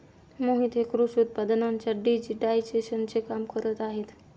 मोहित हे कृषी उत्पादनांच्या डिजिटायझेशनचे काम करत आहेत